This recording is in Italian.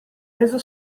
reso